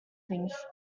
things